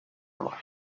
noirs